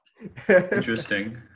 Interesting